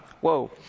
whoa